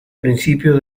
principio